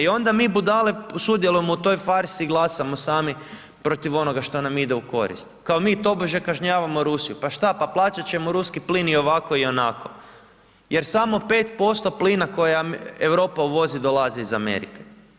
I onda mi budale sudjelujemo u toj farsi i glasamo sami protiv onoga što nam ide u korist kao mi tobože kažnjavamo Rusiju, pa šta, pa plaćat ćemo ruski plin i ovako i onako jer samo 5% plina koje Europa uvozi dolazi iz Amerika.